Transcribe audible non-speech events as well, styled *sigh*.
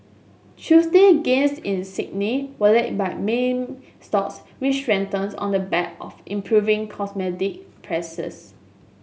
Tuesday gains in Sydney were led by mining stocks which strengthens on the back of improving *unintelligible* prices